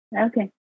Okay